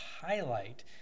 highlight